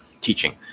teaching